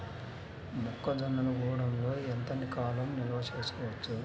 మొక్క జొన్నలు గూడంలో ఎంత కాలం నిల్వ చేసుకోవచ్చు?